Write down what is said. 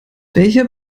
welcher